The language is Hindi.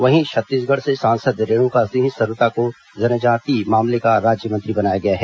वहीं छत्तीसगढ़ से सांसद रेणुका सिंह सरुता को जनजातीय मामले का राज्यमंत्री बनाया गया है